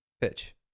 pitch